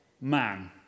man